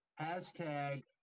Hashtag